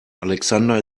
alexander